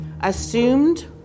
assumed